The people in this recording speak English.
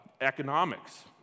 economics